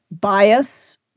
bias